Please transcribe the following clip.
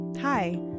Hi